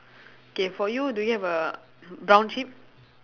K for you do you have a brown sheep